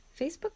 Facebook